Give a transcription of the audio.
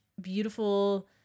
beautiful